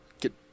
get